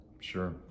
Sure